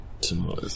tomorrow